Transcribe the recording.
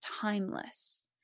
timeless